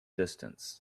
distance